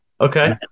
Okay